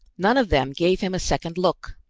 none of them gave him a second look.